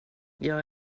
jag